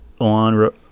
on